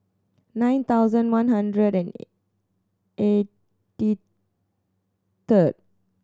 nine thousand one hundred and eighty third